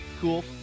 cool